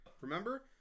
Remember